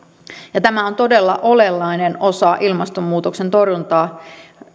ja tämä on todella olennainen osa ilmastonmuutoksen torjuntaa